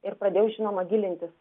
ir pradėjau žinoma gilintis